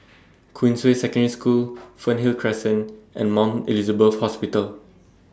Queensway Secondary School Fernhill Crescent and Mount Elizabeth Hospital